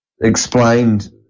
explained